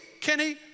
Kenny